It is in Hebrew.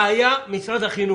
ראייה, משרד החינוך.